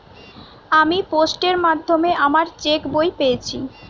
আমি পোস্টের মাধ্যমে আমার চেক বই পেয়েছি